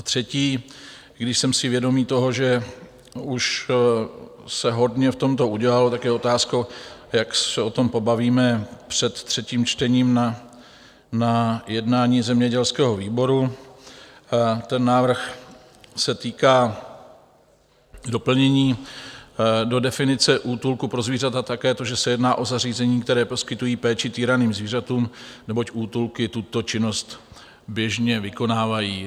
A třetí i když jsem si vědomý toho, že už se hodně v tomto udělalo, tak je otázkou, jak se o tom pobavíme před třetím čtením na jednání zemědělského výboru ten návrh se týká doplnění do definice útulku pro zvířata také to, že se jedná o zařízení, které poskytují péči týraným zvířatům, neboť útulky tuto činnost běžně vykonávají.